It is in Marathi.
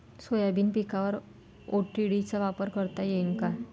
सोयाबीन पिकावर ओ.डी.टी चा वापर करता येईन का?